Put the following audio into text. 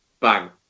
bang